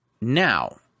Now